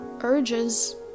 urges